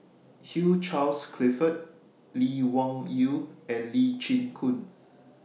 Hugh Charles Clifford Lee Wung Yew and Lee Chin Koon